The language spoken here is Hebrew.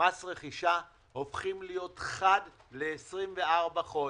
מס רכישה הופכים להיות אחת ל-24 חודש.